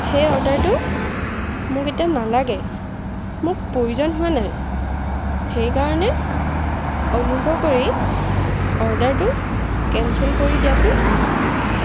সেই অৰ্ডাৰটো মোক এতিয়া নালাগে মোক প্ৰয়োজন হোৱা নাই সেইকাৰণে অনুগ্ৰহ কৰি অৰ্ডাৰটো কেনচেল কৰি দিয়াচোন